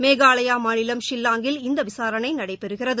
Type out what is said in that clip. மேகாலயா மாநிலம் ஷில்லாங்கில் இந்த விசாரணை நடைபெறுகிறது